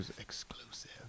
Exclusive